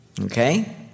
Okay